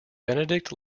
benedict